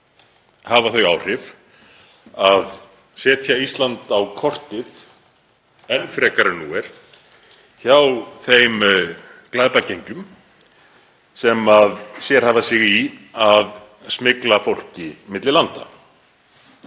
hafa þau áhrif að setja Ísland enn frekar á kortið en nú er hjá þeim glæpagengjum sem sérhæfa sig í að smygla fólki milli landa.